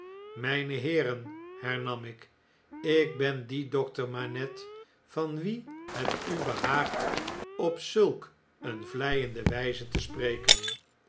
mjjne heeren hernam ik ik ben die dokter manette van wien het u behaagt op zulk eene vleiende wjjze te spreken